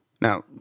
Now